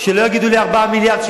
שלא יגידו לי 4 מיליארד.